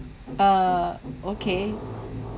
ah okay